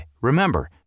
remember